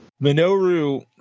Minoru